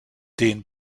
den